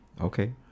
Okay